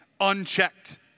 unchecked